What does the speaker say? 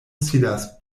sidas